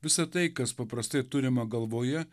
visa tai kas paprastai turima galvoje